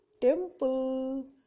temple